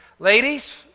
Ladies